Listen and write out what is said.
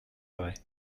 vrai